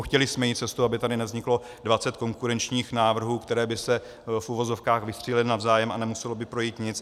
Chtěli jsme jít cestou, aby tady nevzniklo 20 konkurenčních návrhů, které by se, v uvozovkách, vystřílely navzájem, a nemuselo by projít nic.